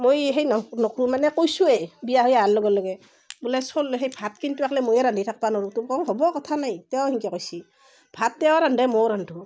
মই সেই নক নকৰোঁ মানে কৈছোঁৱেই বিয়া হৈ অহাৰ লগে লগে বোলে চল সেই ভাত কিন্তু একলাই ময়ে ৰান্ধি থাকিব নৰো তেওঁ কয় হ'ব কথা নাই তেৱো সিনকে কৈছে ভাত তেৱেই ৰান্ধে ময়ো ৰান্ধোঁ